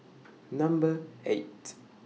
Number eight